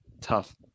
tough